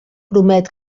promet